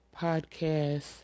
Podcast